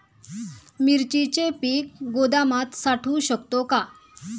मिरचीचे पीक गोदामात साठवू शकतो का?